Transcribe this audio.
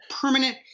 permanent